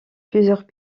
plusieurs